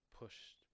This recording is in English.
pushed